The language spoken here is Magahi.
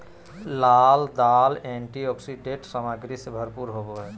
लाल दाल एंटीऑक्सीडेंट सामग्री से भरपूर होबो हइ